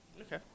Okay